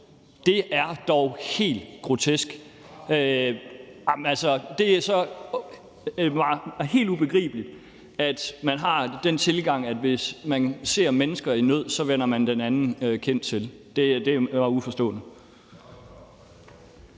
Det er dog helt grotesk. Jamen altså, det er mig helt ubegribeligt, at man har den tilgang, at hvis man ser mennesker i nød, vender man det blinde øje til. Det er mig uforståeligt.